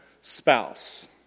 spouse